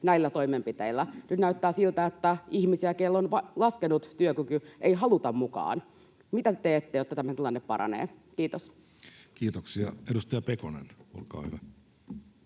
näillä toimenpiteillä. Nyt näyttää siltä, että ihmisiä, joilla on laskenut työkyky, ei haluta mukaan. Mitä te teette, jotta tämä tilanne paranee? — Kiitos. [Speech